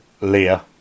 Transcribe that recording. Leah